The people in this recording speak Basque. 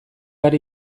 ari